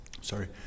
Sorry